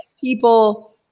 people